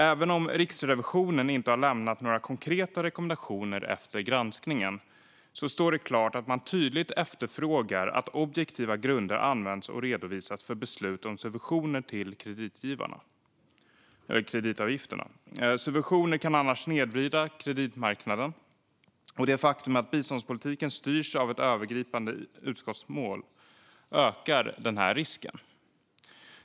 Även om Riksrevisionen inte har lämnat några konkreta rekommendationer efter granskningen står det klart att man tydligt efterfrågar att objektiva grunder används och redovisas för beslut om subventioner till kreditavgifterna. Subventioner kan annars snedvrida kreditmarknaden, och det faktum att biståndspolitiken styrs av ett övergripande utgiftsmål ökar denna risk.